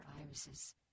irises